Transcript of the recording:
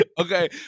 Okay